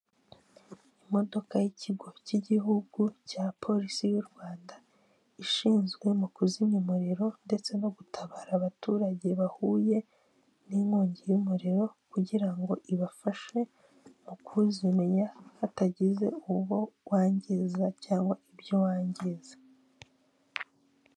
Icyapa cyamamaza gifite amabara y'umweru nubururu kiriho amagambo avuga ngo humura turi hano ku bwawe kiriho umuntu uryamye mu ntebe ufite imisatsi y'umukara.